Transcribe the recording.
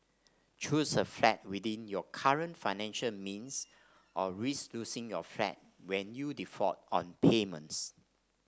choose a flat within your current financial means or risk losing your flat when you default on payments